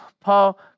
Paul